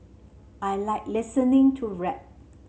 I like listening to rap